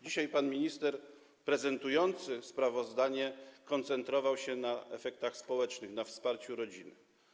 Dzisiaj pan minister prezentujący sprawozdanie koncentrował się na efektach społecznych, na wsparciu rodziny.